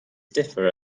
differ